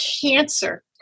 cancer